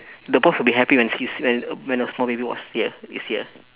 the boss will be happy when he sees when when a small baby was here is here